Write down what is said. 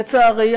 לצערי,